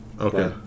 Okay